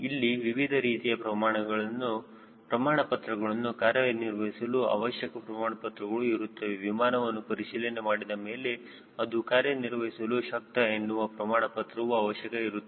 ಇಲ್ಲಿ ವಿವಿಧ ರೀತಿಯ ಪ್ರಮಾಣಪತ್ರಗಳು ಕಾರ್ಯನಿರ್ವಹಿಸಲು ಅವಶ್ಯಕ ಪ್ರಮಾಣಪತ್ರಗಳು ಇರುತ್ತವೆ ವಿಮಾನವನ್ನು ಪರಿಶೀಲನೆ ಮಾಡಿದ ಮೇಲೆ ಅದು ಕಾರ್ಯನಿರ್ವಹಿಸಲು ಶಕ್ತ ಎನ್ನುವ ಪ್ರಮಾಣ ಪತ್ರವು ಅವಶ್ಯಕ ಇರುತ್ತದೆ